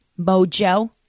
Mojo